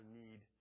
need